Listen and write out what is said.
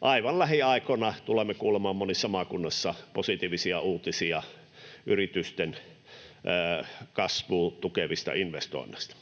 Aivan lähiaikoina tulemme kuulemaan monissa maakunnissa positiivisia uutisia yritysten kasvua tukevista investoinneista.